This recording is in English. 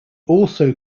also